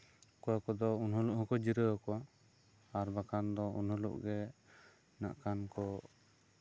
ᱚᱠᱚᱭ ᱠᱚᱫᱚ ᱩᱱᱦᱤᱞᱳᱜ ᱦᱚᱸᱠᱚ ᱡᱤᱨᱟᱹᱣ ᱠᱚᱣᱟ ᱟᱨ ᱵᱟᱝᱠᱷᱟᱱ ᱫᱚ ᱩᱱ ᱦᱤᱞᱳᱜ ᱜᱮ ᱱᱟᱜ ᱠᱷᱟᱱ ᱠᱚ